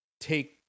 take